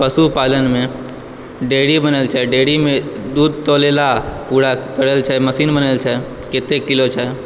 पशुपालन मे डेरी बनल छै डेरीमे दूध तौले लए पूरा मशीन बनल छै कतय किलो छै